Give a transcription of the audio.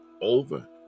over